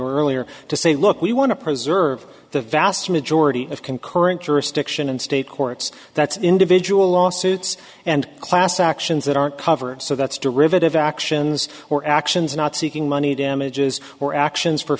earlier to say look we want to preserve the vast majority of concurrent jurisdiction and state courts that's individual lawsuits and class actions that aren't covered so that's derivative actions or actions not seeking money damages or actions for